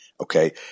okay